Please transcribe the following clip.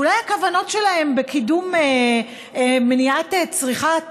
שאולי הכוונות שלהם בקידום מניעת צריכת